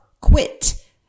quit